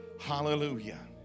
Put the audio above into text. Hallelujah